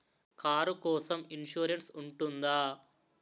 Car కోసం insurance ఉంటుందా?